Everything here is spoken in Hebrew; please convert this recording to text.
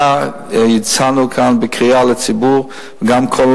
יצאנו כאן בקריאה לציבור, וגם כל